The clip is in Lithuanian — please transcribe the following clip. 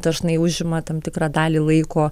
dažnai užima tam tikrą dalį laiko